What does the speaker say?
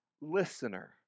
listener